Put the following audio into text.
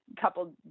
couple